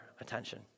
attention